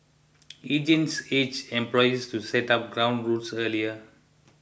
agents urged employers to set up ground rules earlier